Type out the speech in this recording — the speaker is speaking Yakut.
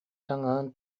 таҥаһын